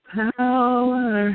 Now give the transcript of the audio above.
power